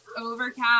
overcast